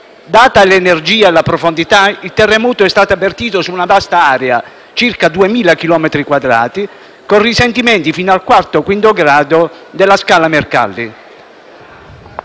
Data l'energia e la profondità, il terremoto è stato avvertito su una vasta area (circa 2.000 chilometri quadrati), con risentimenti fino al quarto e quinto grado della scala Mercalli,